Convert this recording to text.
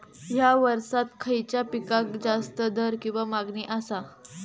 हया वर्सात खइच्या पिकाक जास्त दर किंवा मागणी आसा?